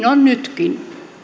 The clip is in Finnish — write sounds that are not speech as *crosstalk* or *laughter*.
*unintelligible* on nytkin